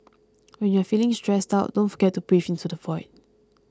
when you are feeling stressed out don't forget to breathe into the void